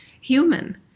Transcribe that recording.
human